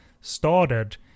started